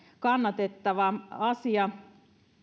kannatettava asia